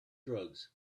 drugs